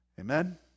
Amen